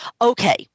Okay